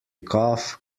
cough